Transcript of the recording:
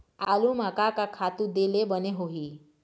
आलू म का का खातू दे ले बने होही?